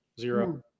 Zero